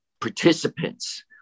participants